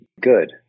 good